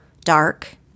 dark